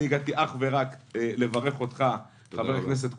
אני הגעתי אך ורק לברך אותך, חבר הכנסת קושניר,